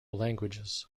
languages